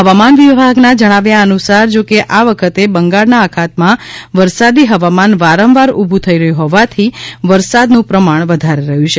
હવામાન વિભાગના જણાવ્યા અનુસાર જોકે આ વખતે બંગાળના અખાતમાં વરસાદી હવામાન વારંવાર ઊભું થઈ રહ્યું હોવાથી વરસાદનું પ્રમાણ વધારે રહ્યું છે